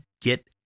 get